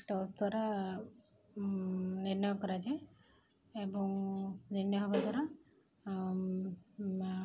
toss ଦ୍ୱାରା ନିର୍ଣ୍ଣୟ କରାଯାଏ ଏବଂ ନିର୍ଣ୍ଣୟ ହବା ଦ୍ୱାରା